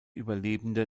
überlebende